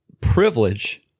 privilege